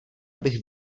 abych